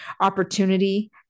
opportunity